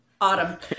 Autumn